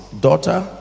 daughter